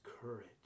courage